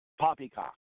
Poppycock